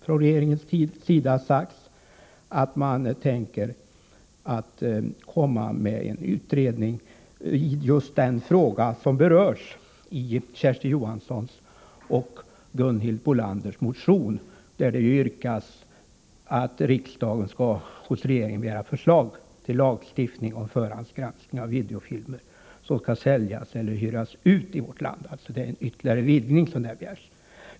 Regeringen har också sagt att man tänker komma med en utredning i just den fråga som berörs i Kersti Johanssons och Gunhild Bolanders motion, där det yrkas att riksdagen skall hos regeringen begära förslag till lagstiftning om förhandsgranskning av videofilmer som skall säljas eller hyras ut i vårt land; det gäller alltså en ytterligare vidgning.